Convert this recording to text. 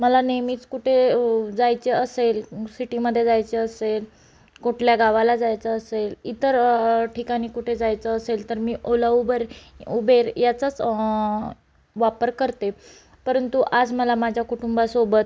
मला नेहमीच कुठे जायचे असेल सिटीमध्ये जायचे असेल कुठल्या गावाला जायचं असेल इतर ठिकाणी कुठं जायचं असेल तर मी ओला उबर उबेर याचाच वापर करते परंतु आज मला माझ्या कुटुंबासोबत